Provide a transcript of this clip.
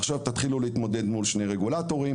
עכשיו תתחילו להתמודד מול שני רגולטורים